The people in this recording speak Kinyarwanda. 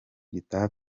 gitaha